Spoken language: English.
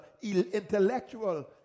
intellectual